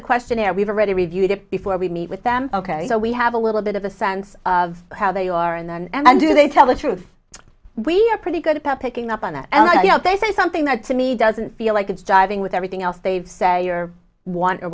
the questionnaire we've already reviewed it before we meet with them ok so we have a little bit of a sense of how they are and then and do they tell the truth we're pretty good about picking up on that and you know they say something that to me doesn't feel like it's jiving with everything else they say your want or